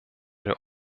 der